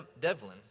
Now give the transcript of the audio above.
Devlin